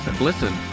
listen